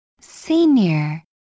Senior